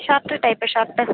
shirt type shirt